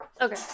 Okay